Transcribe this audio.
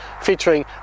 featuring